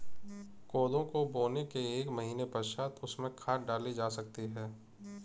कोदो को बोने के एक महीने पश्चात उसमें खाद डाली जा सकती है